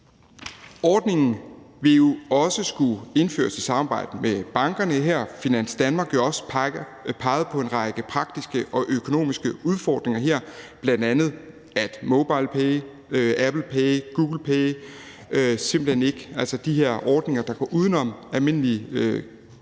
Ordningen vil jo også skulle indføres i samarbejde med bankerne. Finans Danmark har også her peget på en række praktiske og økonomiske udfordringer, bl.a. at MobilePay, Apple Pay og Google Pay simpelt hen ikke kan omfattes, altså at de her ordninger, der går uden om almindelige